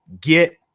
get